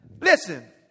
Listen